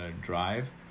drive